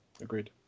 Agreed